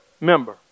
member